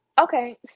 Okay